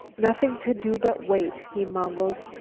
nothing to do but wait, he mumbled,